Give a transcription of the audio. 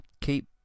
Keep